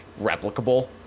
replicable